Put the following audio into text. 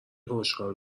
خوشحال